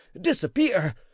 disappear